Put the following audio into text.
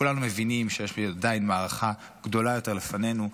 כולנו מבינים שיש עדיין גדולה יותר לפנינו,